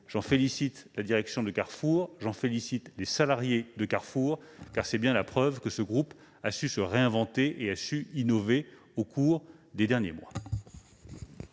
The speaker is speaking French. J'en félicite la direction et les salariés de Carrefour, car c'est bien la preuve que ce groupe a su se réinventer et innover au cours des derniers mois.